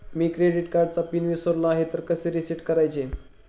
मी credit कार्डचा PIN विसरलो आहे तर कसे रीसेट करायचे?